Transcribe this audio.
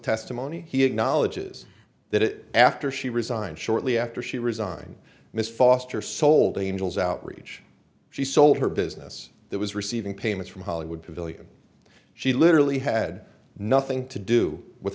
testimony he acknowledges that after she resigned shortly after she resigned miss foster sold angels outrage she sold her business there was receiving payments from hollywood pavillion she literally had nothing to do with